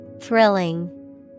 Thrilling